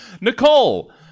Nicole